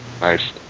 Nice